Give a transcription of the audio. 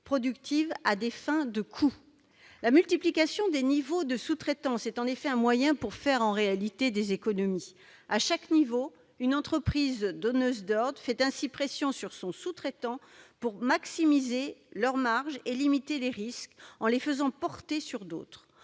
productive à des fins de coût. La multiplication des niveaux de sous-traitance est en effet un moyen pour faire des économies. À chaque niveau, une entreprise donneuse d'ordres fait ainsi pression sur son sous-traitant pour maximiser ses marges et limiter ses risques, en les faisant porter sur d'autres.